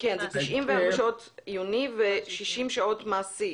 עיוני ו-60 שעות מעשי.